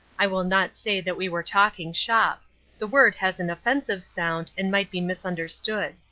i will not say that we were talking shop the word has an offensive sound and might be misunderstood.